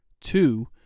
Two